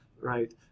right